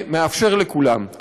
ומאפשר לכולם.